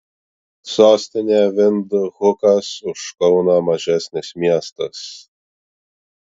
sostinė vindhukas už kauną mažesnis miestas